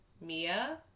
Mia